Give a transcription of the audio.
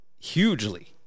hugely